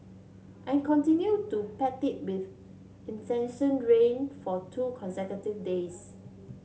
and continue to pant it with incessant rain for two consecutive days